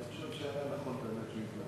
אני חושב שהיה נכון באמת להתנצל.